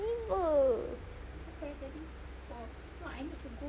cute